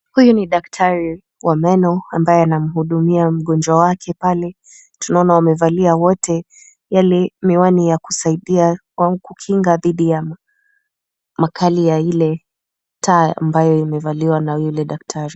Huyu ni daktari wa meno ambaye anamhudumia mgonjwa wake pale, tunaona wamevalia wote yale miwani ya kusaidia au kukinga dhidi ya makali ya ile taa ambayo imevaliwa na yule daktari.